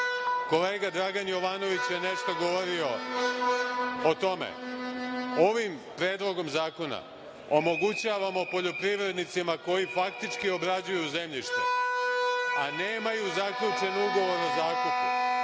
Kolega Dragan Jovanović je nešto govorio o tome. Ovim Predlogom zakona omogućavamo poljoprivrednicima koji faktički obrađuju zemljište, a nemaju zaključen ugovor o zakupu